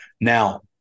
Now